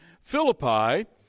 Philippi